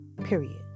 Period